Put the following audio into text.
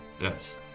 Yes